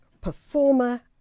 performer